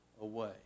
away